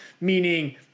Meaning